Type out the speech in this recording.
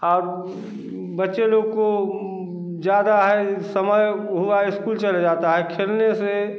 अब बच्चे लोग को मोबाइल ज़्यादा है समय हुआ स्कूल चले जाता है खेलने से